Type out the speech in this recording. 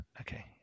okay